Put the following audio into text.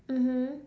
mmhmm